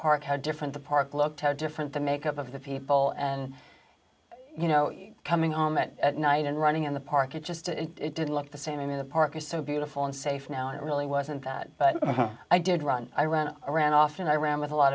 park how different the park looked how different the makeup of the people and you know coming home at night and running in the park it just it didn't look the same to me the park is so beautiful and safe now it really wasn't that but i did run i ran around often i ran with a lot